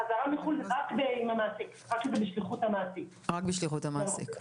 חזרה מחו"ל זה רק אם המעסיק שלח, בשליחות המעסיק.